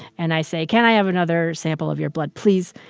and i say, can i have another sample of your blood, please,